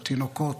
התינוקות,